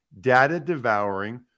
data-devouring